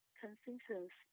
consensus